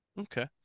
Okay